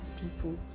people